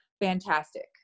fantastic